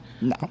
no